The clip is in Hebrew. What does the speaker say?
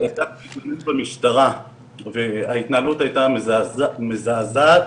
הגשתי תלונה במשטרה וההתנהלות הייתה מזעזעת,